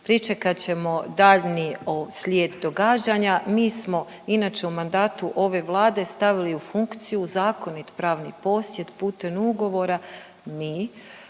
pričekat ćemo daljnji slijed događanja. Mi smo inače u mandatu ove Vlade stavili u funkciju zakonit pravni posjed putem ugovora. Mi.